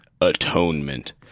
atonement